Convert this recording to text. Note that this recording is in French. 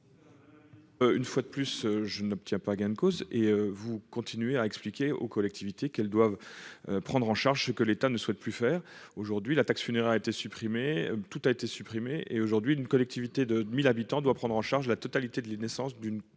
Une fois de plus, je n'obtient pas gain de cause et vous continuez à expliquer aux collectivités qu'elles doivent prendre en charge ce que l'État ne souhaite plus faire aujourd'hui la taxe funéraire a été supprimé, tout a été supprimé et aujourd'hui d'une collectivité de 2000 habitants doit prendre en charge la totalité de la naissance d'une d'un